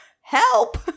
help